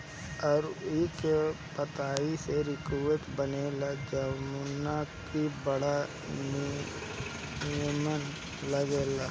अरुई के पतई से रिकवच बनेला जवन की बड़ा निमन लागेला